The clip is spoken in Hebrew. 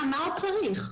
מה עוד צריך?